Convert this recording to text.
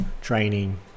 training